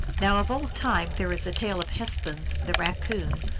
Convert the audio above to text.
now of old time there is a tale of hespuns, the raccoon,